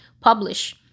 publish